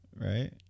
right